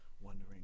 wondering